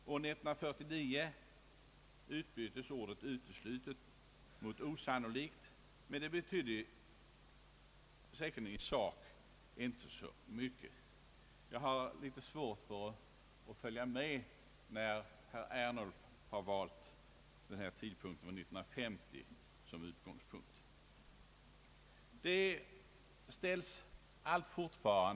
År 1949 utbyttes ordet »uteslutet« mot »osannolikt», men detta betydde i sak säkerligen inte mycket. Jag har därför litet svårt att följa med i resonemanget när herr Ernulf valt år 1950 som utgångspunkt i detta sammanhang.